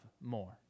more